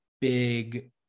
big